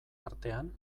artean